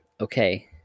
Okay